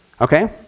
okay